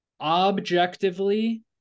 Objectively